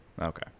Okay